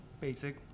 Basic